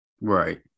Right